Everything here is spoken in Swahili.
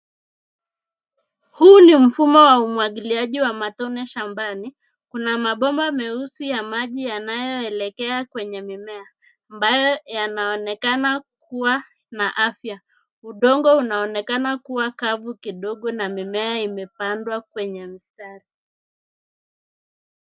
Huu ni mfumo wa umwangiliaji wa matone shambani. Kuna mabomba meusi ya maji yanayoelekea kwenye mimea ambayo yanaonekana kuwa na afya. Udongo unaonekana kuwa kavu kidogo na mimea imepandwa kwenye mistari.